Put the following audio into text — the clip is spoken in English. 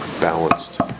Balanced